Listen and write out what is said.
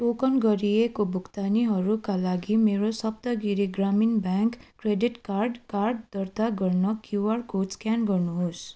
token गरिएको भुक्तानीहरूका लागि मेरो Saptagiri Grameen bank credit card card दर्ता गर्न क्युआर कोड स्क्यान गर्नुहोस्